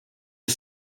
you